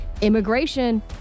immigration